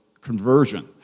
conversion